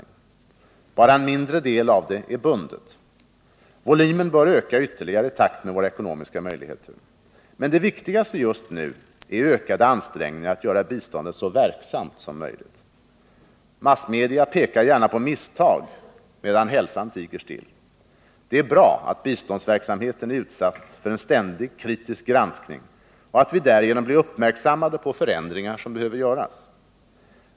Endast en mindre del av det är bundet. Volymen bör öka ytterligare i takt med våra ekonomiska möjligheter. Men det viktigaste just nu är ökade ansträngningar att göra biståndet så verksamt som möjligt. Massmedia pekar gärna på misstag, medan hälsan tiger stiil. Det är bra att biståndsverksamheten är utsatt för en ständig, kritisk granskning och att vi därigenom blir uppmärksammade på förändringar som behöver göras.